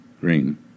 Green